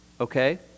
okay